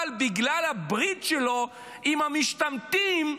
אבל בגלל הברית שלו עם המשתמטים,